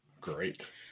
great